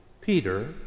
Peter